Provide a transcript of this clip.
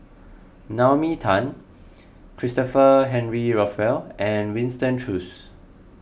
Naomi Tan Christopher Henry Rothwell and Winston Choos